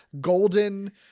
golden